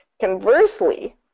Conversely